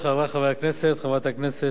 חברת הכנסת זהבה גלאון,